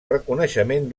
reconeixement